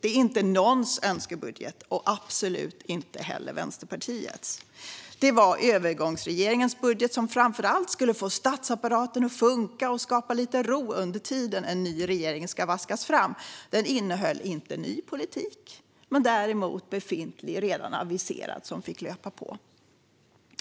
Det var ingens önskebudget - absolut inte heller Vänsterpartiets - utan övergångsregeringens budget, som framför allt skulle få statsapparaten att funka och skapa lite ro under tiden en ny regering ska vaskas fram. Den innehöll inte ny politik men däremot befintlig och redan aviserad, som fick löpa på.